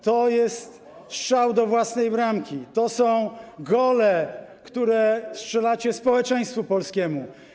To jest strzał do własnej bramki, to są gole, które strzelacie społeczeństwu polskiemu.